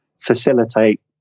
facilitate